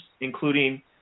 including